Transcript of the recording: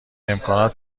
امکانات